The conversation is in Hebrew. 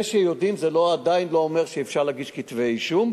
בן-ארי: זה שיודעים עדיין לא אומר שאפשר להגיש כתבי אישום,